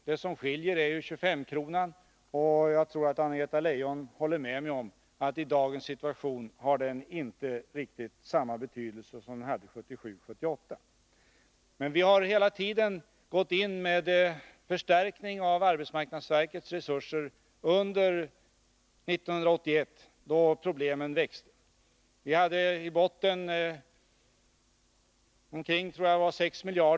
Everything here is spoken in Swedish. Det som skiljer är 25-kronan, och jag tror att Anna-Greta Leijon håller med mig om att i dagens situation har den inte riktigt samma betydelse som den hade 1977/78. Vi har gått in med förstärkningar av arbetsmarknadsverkets resurser under 1981, då problemen växte. Vi hade i botten omkring 6 miljarder, tror jag det var.